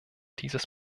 dieses